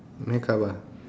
makeup ah